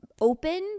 open